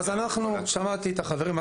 אז שמעתי את החברים,